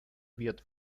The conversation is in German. wird